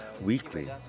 weekly